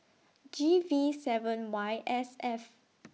G V seven Y S F